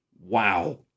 wow